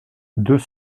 deux